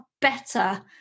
better